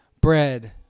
bread